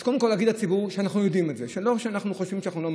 אז קודם כול להגיד לציבור שאנחנו יודעים את זה,